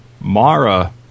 Mara